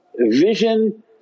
vision